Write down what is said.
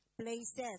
places